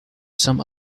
some